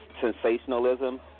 sensationalism